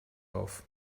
auf